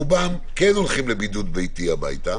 רובם כן הולכים לבידוד בבית,